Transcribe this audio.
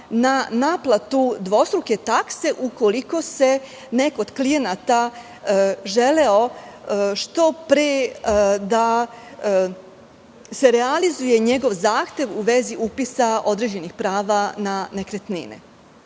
na naplatu dvostruke takse ukoliko je neko od klijenata želeo što pre da se realizuje njegov zahtev u vezi upisa određenih prava na nekretnine.